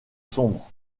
sombre